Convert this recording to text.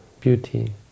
beauty